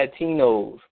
Latinos